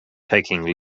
taking